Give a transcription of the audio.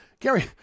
Gary